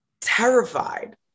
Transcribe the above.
terrified